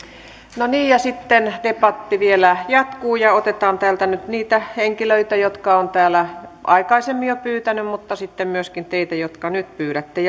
no niin ja sitten debatti vielä jatkuu otetaan täältä nyt niitä henkilöitä jotka ovat täällä aikaisemmin jo pyytäneet puheenvuoron mutta sitten myöskin teitä jotka nyt pyydätte